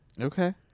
Okay